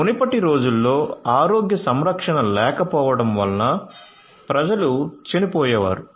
మునుపటి రోజుల్లో ఆరోగ్య సంరక్షణ లేకపోవడం వల్ల ప్రజలు చనిపోయేవారు